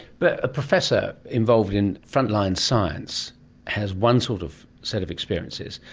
but a professor involved in frontline science has one sort of set of experiences,